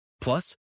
Plus